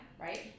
right